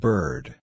Bird